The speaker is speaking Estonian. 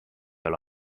ole